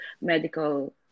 medical